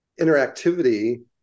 interactivity